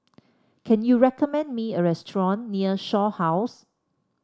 can you recommend me a restaurant near Shaw House